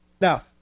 Now